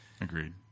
Agreed